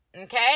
okay